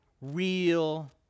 real